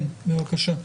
כן, בבקשה.